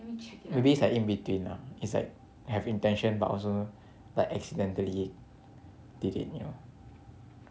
maybe is like in between ah is like have intention but also but accidentally did it you know